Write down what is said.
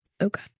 Okay